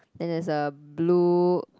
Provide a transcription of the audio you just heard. and there's a blue